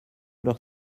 leur